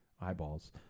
eyeballs